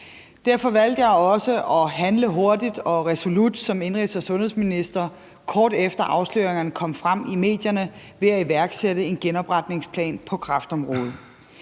Derfor valgte jeg også at handle hurtigt og resolut som indenrigs- og sundhedsminister, kort efter at afsløringerne kom frem i medierne, ved at iværksætte en genopretningsplan på kræftområdet.